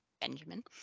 benjamin